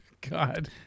God